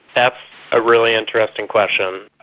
that's a really interesting question.